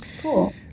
cool